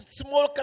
small